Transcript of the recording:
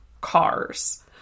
cars